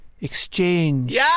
exchange